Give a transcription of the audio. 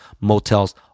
motels